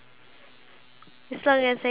okay sure